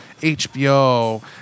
HBO